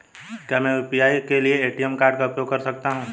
क्या मैं यू.पी.आई के लिए ए.टी.एम कार्ड का उपयोग कर सकता हूँ?